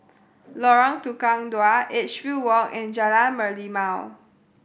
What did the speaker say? Lorong Tukang Dua Edgefield Walk and Jalan Merlimau